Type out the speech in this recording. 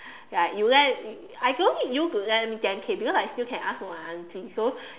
ya you lend I don't need you to lend me ten K because I can still ask from my aunty so